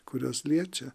kuriuos liečia